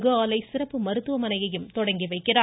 கு ஆலை சிறப்பு மருத்துவமனையையும் தொடங்கி வைக்கிறார்